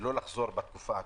ולא לחזור בתקופה הקרובה,